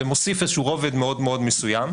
זה מוסיף איזשהו רובד מאוד מאוד מסוים,